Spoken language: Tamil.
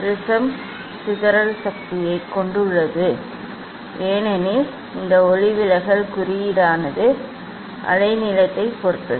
ப்ரிஸம் சிதறல் சக்தியைக் கொண்டுள்ளது ஏனெனில் இந்த ஒளிவிலகல் குறியீடானது அலைநீளத்தைப் பொறுத்தது